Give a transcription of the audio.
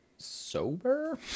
sober